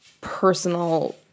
personal